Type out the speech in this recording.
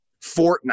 Fortnite